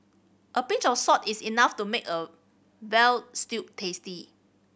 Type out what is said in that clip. a pinch of salt is enough to make a veal stew tasty